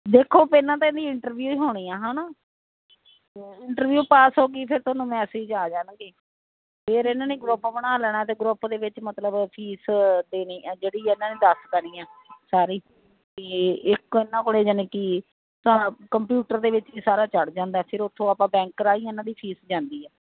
ਦੇਖੋ ਪਹਿਲਾਂ ਤਾਂ ਇਹਦੀ ਇੰਟਰਵਿਊ ਹੋਣੀ ਆ ਹਨਾ ਤੇ ਇੰਟਰਵਿਊ ਪਾਸ ਹੋਗੀ ਫਿਰ ਤੁਹਾਨੂੰ ਮੈਸੇਜ ਆ ਜਾਣਗੇ ਫੇਰ ਇਹਨਾਂ ਨੇ ਗਰੁੱਪ ਬਣਾ ਲੈਣਾ ਤੇ ਗਰੁੱਪ ਦੇ ਵਿੱਚ ਮਤਲਬ ਫੀਸ ਤੇ ਨਹੀਂ ਐ ਜਿਹੜੀ ਇਹਨਾਂ ਨੇ ਦੱਸ ਦੇਨੀ ਆ ਸਾਰੀ ਤੇ ਇੱਕ ਉਹਨਾਂ ਕੋਲੇ ਜਾਨੀ ਕੀ ਤਾਂ ਕੰਪਿਊਟਰ ਦੇ ਵਿੱਚ ਵੀ ਸਾਰਾ ਚੜ੍ਹ ਜਾਂਦਾ ਫਿਰ ਉੱਥੋਂ ਆਪਾਂ ਬੈਂਕ ਰਾਂਈ ਇਹਨਾਂ ਦੀ ਫੀਸ ਜਾਂਦੀ ਐ